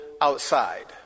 outside